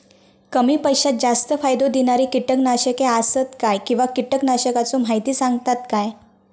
कमी पैशात जास्त फायदो दिणारी किटकनाशके आसत काय किंवा कीटकनाशकाचो माहिती सांगतात काय?